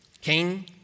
Cain